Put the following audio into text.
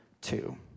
two